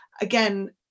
again